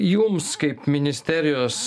jums kaip ministerijos